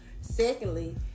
Secondly